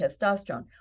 testosterone